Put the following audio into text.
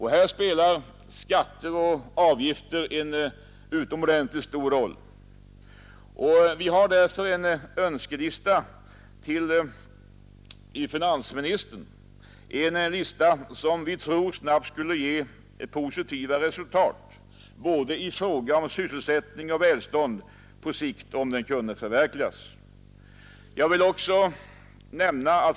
Här spelar skatter och avgifter en utomordentligt stor roll. Vi har därför en önskelista till finansministern, en lista som vi tror snabbt skulle ge positiva resultat när det gäller både sysselsättning och välstånd på sikt om önskemålen kunde förverkligas.